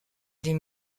dit